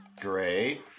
Great